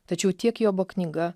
tačiau tiek jobo knyga